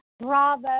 Bravo